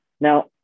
Now